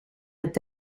het